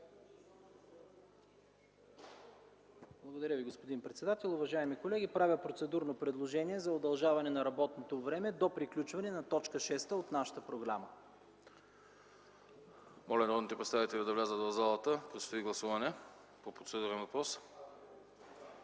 Благодаря Ви, господин председател. Уважаеми колеги, правя процедурно предложение за удължаване на работното време до приключване на точка шеста от нашата програма. ПРЕДСЕДАТЕЛ АНАСТАС АНАСТАСОВ: Моля народните представители да влязат в залата, предстои гласуване по процедурен въпрос.